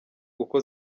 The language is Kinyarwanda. uko